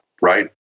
right